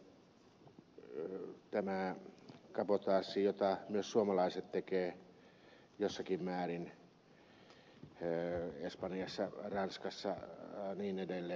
tietysti tämä kabotaasi jota myös suomalaiset tekevät jossakin määrin espanjassa ranskassa ja niin edelleen